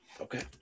Okay